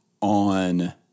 on